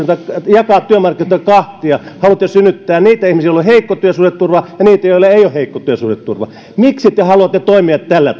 jakaa työmarkkinoita kahtia haluatte synnyttää niitä ihmisiä joilla on heikko työsuhdeturva ja niitä joilla ei ole heikko työsuhdeturva miksi te haluatte toimia tällä